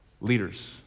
leaders